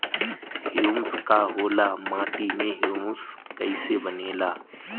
Humus का होला माटी मे ह्यूमस कइसे बनेला?